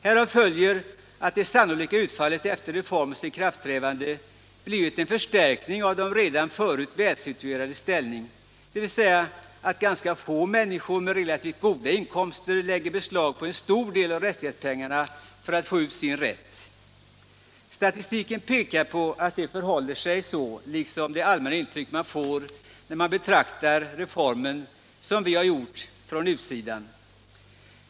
Härav följer att det sannolika utfallet efter reformens ikraftträdande blivit en förstärkning av de redan förut välsituerades ställning, dvs. att ganska få människor med relativt goda inkomster lägger beslag på en stor del av rättshjälpspengarna för att få ut sin rätt. Statistiken pekar på att det förhåller sig så, liksom det är det allmänna intryck man får när man betraktar reformen från utsidan, som vi har gjort.